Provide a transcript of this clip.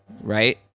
right